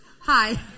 Hi